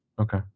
Okay